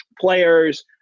players